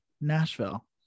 Nashville